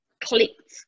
clicked